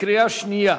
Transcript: בקריאה שנייה.